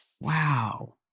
Wow